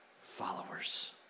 followers